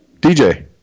DJ